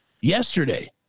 yesterday